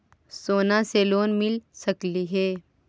सोना से लोन मिल सकली हे?